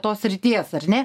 tos srities ar ne